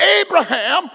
Abraham